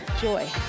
joy